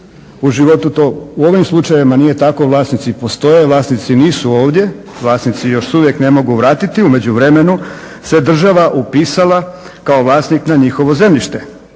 u ovim slučajevima nije tako, vlasnici postoje, vlasnici nisu ovdje, vlasnici se još uvijek ne mogu vratiti, u međuvremenu se država upisala kao vlasnik na njihovo zemljište.